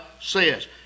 says